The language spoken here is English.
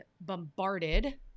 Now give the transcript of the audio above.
bombarded